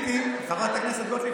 חברת הכנסת גוטליב,